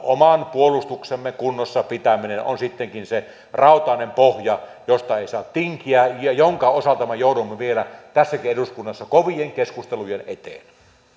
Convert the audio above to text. oman puolustuksemme kunnossa pitäminen on sittenkin se rautainen pohja josta ei saa tinkiä ja jonka osalta me joudumme vielä tässäkin eduskunnassa kovien keskustelujen eteen